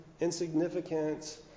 insignificant